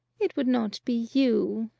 it should not be you,